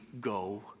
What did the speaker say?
go